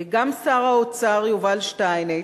גם שר האוצר יובל שטייניץ,